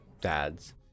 dads